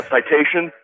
Citation